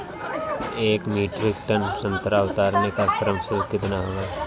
एक metric ton संतरा उतारने का श्रम शुल्क कितना होगा?